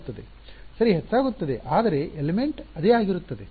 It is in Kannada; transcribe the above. ಸರಿ ಹೆಚ್ಚಾಗುತ್ತದೆ ಆದರೆ ಅಂಶ ಎಲಿಮೆಂಟ್ ಅದೇ ಆಗಿರುತ್ತದೆ